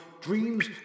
Dreams